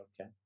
okay